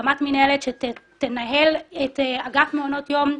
על כך שיש צורך בהקמת מינהלת שתנהל את אגף מעונות היום,